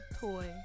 toy